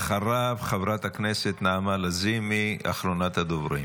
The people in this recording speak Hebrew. ואחריו, חברת הכנסת נעמה לזימי, אחרונת הדוברים.